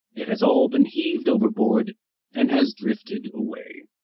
it has all been heaved overboard and has drifted away.